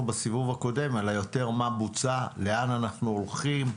בסיבוב הקודם על מה בוצע ולאן אנחנו הולכים,